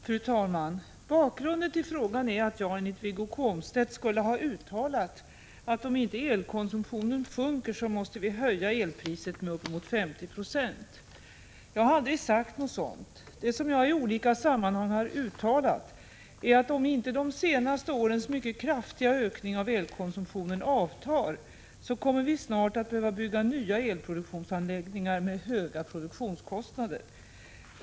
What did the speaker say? Fru talman! Bakgrunden till frågan är att jag enligt Wiggo Komstedt skulle ha uttalat att ”om inte elkonsumtionen sjunker, så måste vi höja elpriset med uppemot 50 96”. Jag har aldrig sagt något sådant. Det som jag i olika sammanhang har uttalat är att om inte de senaste årens mycket kraftiga ökning av elkonsumtion avtar, kommer vi snart att behöva bygga nya elproduktionsanläggningar med höga produktionskostnader.